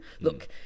Look